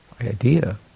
idea